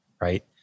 right